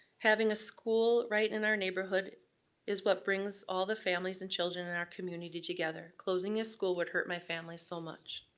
having a school right in our neighborhood is what brings all the families and children in our community together. closing this ah school would hurt my family so much.